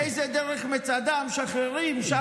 ה' זה "דרך מצדה", "משחררים", שם.